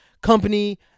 company